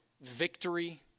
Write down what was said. victory